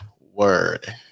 word